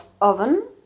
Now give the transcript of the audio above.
oven